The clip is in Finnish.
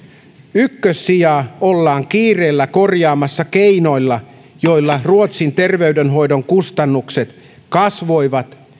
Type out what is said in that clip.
ykkössijaa ollaan kiireellä korjaamassa keinoilla joilla ruotsin terveydenhoidon kustannukset kasvoivat